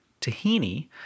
Tahini